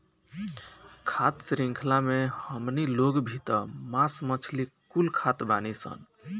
खाद्य शृंख्ला मे हमनी लोग भी त मास मछली कुल खात बानीसन